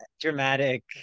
dramatic